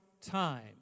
time